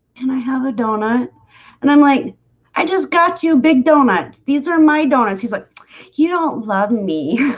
can i have a doughnut and i'm like i just got you big doughnut. these are my doughnuts. he's like you don't love me